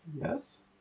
yes